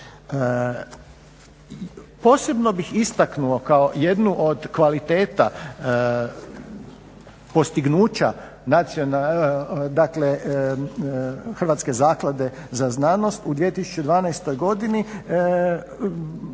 Posebno bih istaknuo kao jednu od kvaliteta postignuća, dakle Hrvatske zaklade za znanost u 2012. godini,